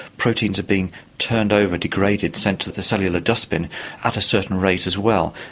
proteins are being turned over, degraded, sent to the cellular dustbin at a certain rate as well.